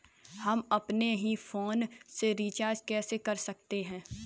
हम अपने ही फोन से रिचार्ज कैसे कर सकते हैं?